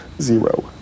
Zero